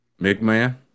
McMahon